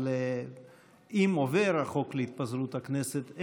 אבל אם עובר החוק להתפזרות הכנסת,